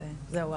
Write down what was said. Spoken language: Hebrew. זהו,